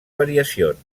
variacions